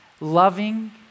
loving